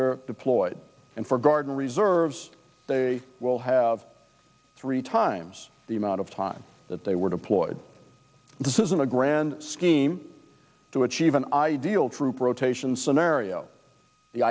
they're deployed and for guard and reserves they will have three times the amount of time that they were deployed this isn't a grand scheme to achieve an ideal troop rotation scenario the